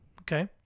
Okay